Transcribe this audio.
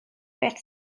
beth